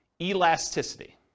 elasticity